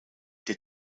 der